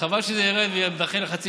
חבל שזה ירד ויידחה לחצי